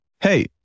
Hey